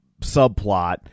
subplot